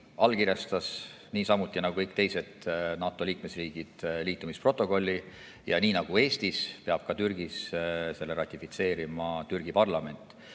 allkirjastas niisamuti nagu kõik teised NATO liikmesriigid liitumisprotokolli ja nii nagu Eestis, peab ka Türgis selle ratifitseerima Türgi parlament.